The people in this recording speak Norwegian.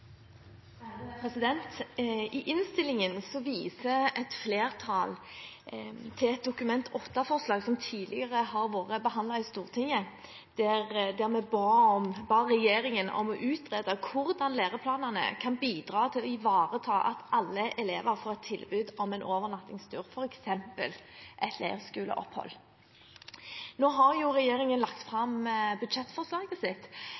I innstillingen viser et flertall til et Dokument 8-forslag som tidligere har vært behandlet i Stortinget, der vi ba regjeringen om å utrede hvordan læreplanene kan bidra til å ivareta at alle elever får et tilbud om en overnattingstur, f.eks. et leirskoleopphold. Nå har regjeringen lagt fram budsjettforslaget sitt,